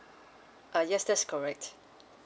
uh yes that's correct